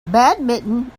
badminton